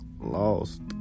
Lost